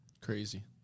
Crazy